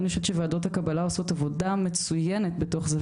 ואני חושבת שוועדות הקבלה עושות עבודה מצוינת בתוך זה,